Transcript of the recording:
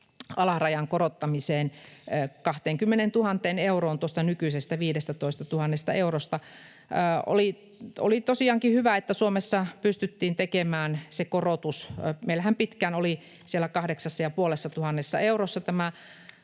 alarajan korottamiseen 20 000 euroon nykyisestä 15 000 eurosta. Oli tosiaankin hyvä, että Suomessa pystyttiin tekemään se korotus. Meillähän pitkään oli tämä